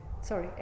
Sorry